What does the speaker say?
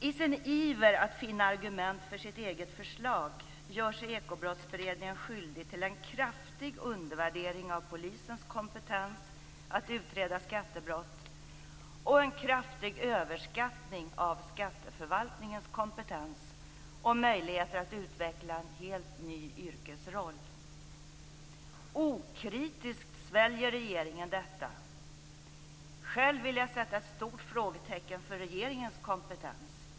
I sin iver att finna argument för sitt eget förslag gör sig Ekobrottsberedningen skyldig till en kraftig undervärdering av polisens kompetens att utreda skattebrott och en kraftig överskattning av skatteförvaltningens kompetens och möjligheter att utveckla en helt ny yrkesroll. Okritiskt sväljer regeringen detta. Själv vill jag sätta ett stort frågetecken för regeringens kompetens.